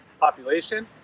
population